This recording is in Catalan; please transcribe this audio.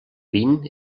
vint